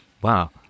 Wow